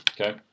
Okay